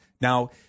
now